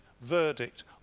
verdict